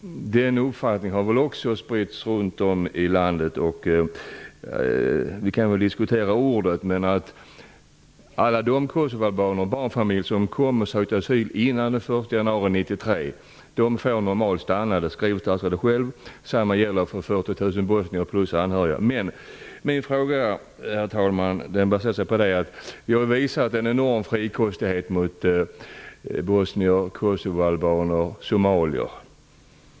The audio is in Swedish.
Den uppfattningen har väl spritts runt om i landet. Vi kan givetvis diskutera ordet gruppasyl. Men alla de barnfamiljer bland kosovoalbanerna som sökte asyl före den 1 januari 1993 får normalt stanna. Det skriver statsrådet själv i svaret. Detsamma gäller 40 000 bosnier plus anhöriga. Min fråga baseras på det faktum att vi har visat en enorm frikostighet mot bosnier, kosovoalbaner och somalier.